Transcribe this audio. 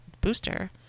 booster